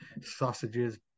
sausages